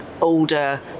older